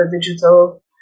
digital